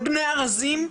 בבני ארזים,